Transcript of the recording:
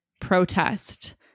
protest